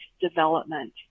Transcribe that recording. development